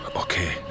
Okay